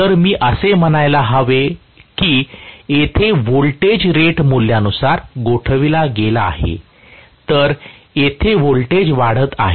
तर मी असे म्हणायला हवे की येथे व्होल्टेज रेट मूल्यानुसार गोठविला गेला आहे तर येथे व्होल्टेज वाढत आहे